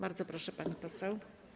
Bardzo proszę, pani poseł.